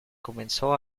comenzó